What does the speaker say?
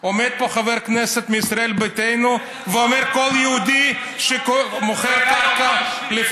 עומד פה חבר כנסת וקורא להרוג כל פלסטיני שמוכר קרקע ליהודי.